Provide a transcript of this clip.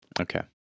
Okay